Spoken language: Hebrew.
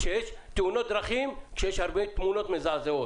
כשיש תאונות דרכים, כשיש הרבה תמונות מזעזעות.